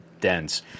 dense